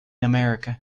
america